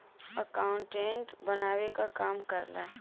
accountant बनावे क काम करेला